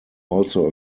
also